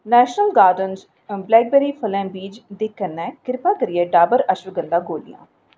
national garden च blackberry फलें बीज दे कन्नै किरपा करियै डाबर अश्वगंधा गोलियां